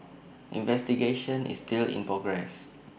investigation is still in progress